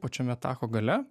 pačiame tako gale